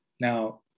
Now